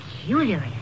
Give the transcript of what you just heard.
peculiar